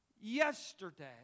yesterday